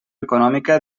econòmica